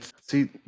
see